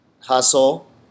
hustle